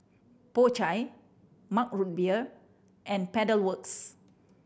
Po Chai Mug Root Beer and Pedal Works